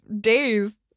days